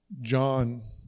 John